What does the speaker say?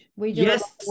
Yes